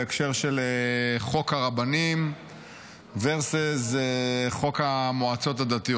בהקשר לחוק הרבנים versus חוק המועצות הדתיות.